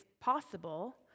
possible